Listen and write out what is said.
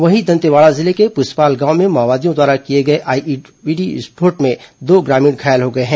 वहीं दंतेवाड़ा जिले के पुसपाल गांव में माओवादियों द्वारा किए गए आईईडी विस्फोट में दो ग्रामीण घायल हो गए हैं